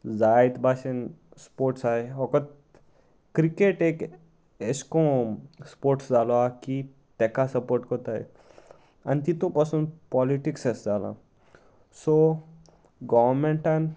जायत भाशेन स्पोर्ट्स आसाय फकत क्रिकेट एक अशेकरून स्पोर्ट्स जालो आ की तेका सपोर्ट कोताय आनी तितू पासून पॉलिटिक्स जालां सो गोवमेंटान